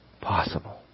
possible